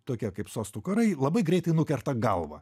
tokie kaip sostų karai labai greitai nukerta galvą